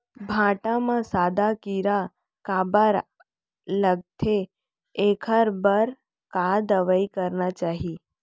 भांटा म सादा कीरा काबर लगथे एखर बर का दवई करना चाही?